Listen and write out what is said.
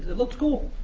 looks cool.